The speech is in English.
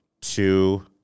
two